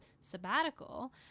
sabbatical